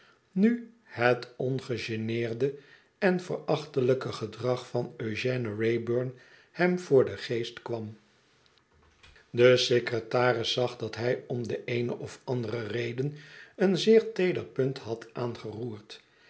nu het ongegeneerde en verachtelijke gedrag van eugène wraybum hem voor den geest kwam de secretaris zag dat hij om de eene of andere reden een zeer teeder punt had aangeroerd